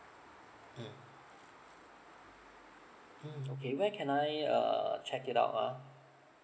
mm mm okay when can I uh check it out ah